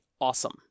awesome